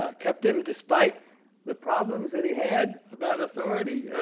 ah kept him despite the problems that he had about authority.